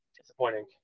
Disappointing